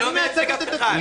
הוא מייצג רק את עצמו.